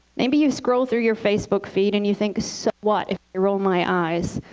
maybe you've scrolled through your facebook feed and you think, so what if i roll my eyes?